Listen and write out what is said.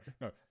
No